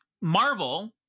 Marvel